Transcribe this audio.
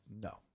No